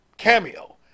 Cameo